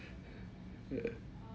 ya